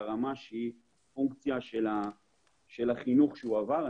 הרמה שהיא פונקציה של החינוך שהוא עבר.